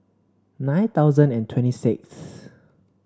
nine thousand and twenty sixth